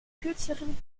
kürzeren